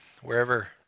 wherever